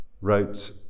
wrote